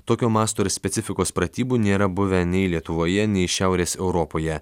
tokio masto ir specifikos pratybų nėra buvę nei lietuvoje nei šiaurės europoje